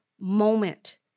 moment